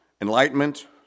Enlightenment